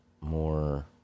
more